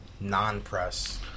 non-press